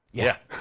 yeah.